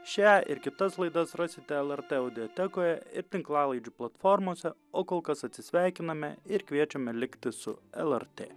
šią ir kitas laidas rasite lrt audiotekoje ir tinklalaidžių platformose o kol kas atsisveikiname ir kviečiame likti su lrt